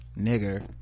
nigger